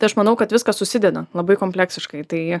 tai aš manau kad viskas susideda labai kompleksiškai tai